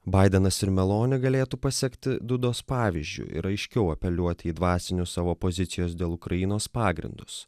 baidenas ir meloni galėtų pasekti dudos pavyzdžiu ir aiškiau apeliuoti į dvasinius savo pozicijos dėl ukrainos pagrindus